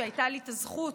והייתה לי את הזכות,